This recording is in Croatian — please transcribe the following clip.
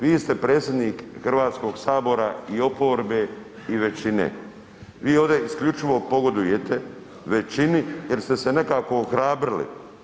Vi ste predsjednik Hrvatskog sabora i oporbe i većine, vi ovdje isključivo pogodujete većini jer ste se nekako ohrabrili.